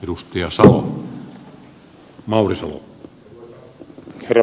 toivottavasti se kehittyy